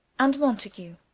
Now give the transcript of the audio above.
and mountague.